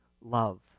love